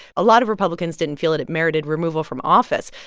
a lot of republicans didn't feel it it merited removal from office,